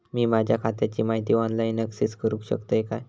मी माझ्या खात्याची माहिती ऑनलाईन अक्सेस करूक शकतय काय?